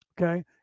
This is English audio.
Okay